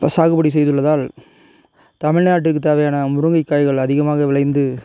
சாகுபடி செய்துள்ளதால் தமிழ்நாட்டுக்கு தேவையான முருங்கைக்காய்கள் அதிகமாக விளைந்து